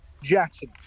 Jackson